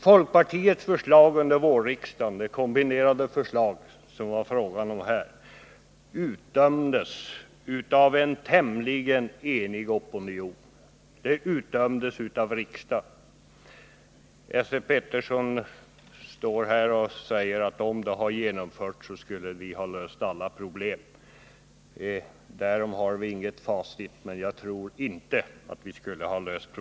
Folkpartiets förslag under vårriksdagen — det kombinerade förslag som det är fråga om här — utdömdes av en tämligen enig opinion och av riksdagen. Esse Petersson säger här att om det hade tagits så skulle vi ha löst alla problemen. Vi har inget sådant facit, men jag tror inte att det skulle ha blivit så.